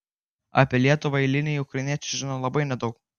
apie lietuvą eiliniai ukrainiečiai žino labai nedaug